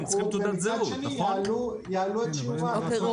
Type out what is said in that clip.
ומצד שני יעלו את שיעור האכיפה --- לא.